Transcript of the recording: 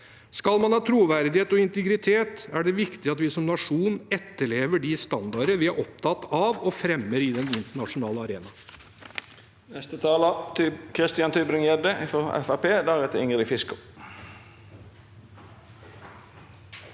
Skal man ha troverdighet og integritet, er det viktig at vi som nasjon etterlever de standarder vi er opptatt av og fremmer på den internasjonale arena.